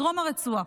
בדרום הרצועה,